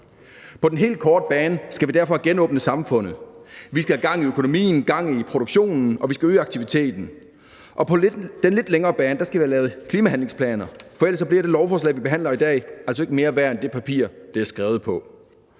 På den helt korte bane skal vi derfor have genåbnet samfundet. Vi skal have gang i økonomien, gang i produktionen, og vi skal øge aktiviteten. Og på den lidt længere bane skal vi have lavet klimahandlingsplaner, for ellers bliver det lovforslag, vi behandler i dag, altså ikke mere værd end det papir, det er skrevet på.